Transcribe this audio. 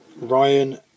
Ryan